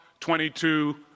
22